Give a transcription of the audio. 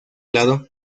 lado